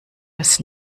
das